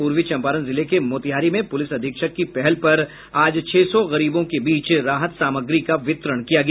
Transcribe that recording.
पूर्वी चंपारण जिले के मोतिहारी में पुलिस अधीक्षक की पहल पर आज छह सौ गरीबों के बीच राहत सामग्री का वितरण किया गया